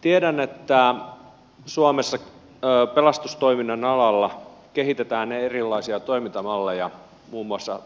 tiedän että suomessa pelastustoiminnan alalla kehitetään erilaisia toimintamalleja muun muassa